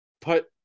put